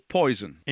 poison